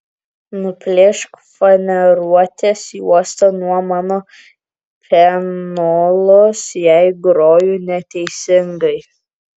nuplėšk faneruotės juostą nuo mano pianolos jei groju neteisingai